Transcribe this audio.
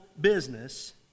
business